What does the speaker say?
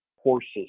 horses